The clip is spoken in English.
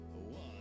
one